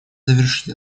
завершить